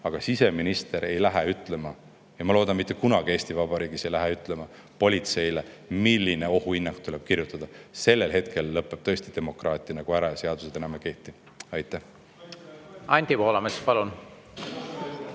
Aga siseminister ei lähe ütlema ja ma loodan, et mitte kunagi Eesti Vabariigis ei lähe ta ütlema politseile, milline ohuhinnang tuleb [anda]. Sellel hetkel lõpeb tõesti demokraatia ära ja seadused enam ei kehti. Anti Poolamets, palun!